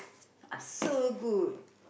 are so good